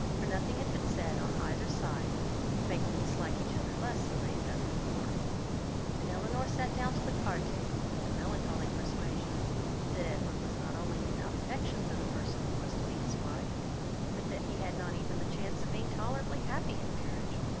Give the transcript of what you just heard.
for nothing had been said on either side to make them dislike each other less than they had done before and elinor sat down to the card table with the melancholy persuasion that edward was not only without affection for the person who was to be his wife but that he had not even the chance of being tolerably happy in marriage,